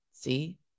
See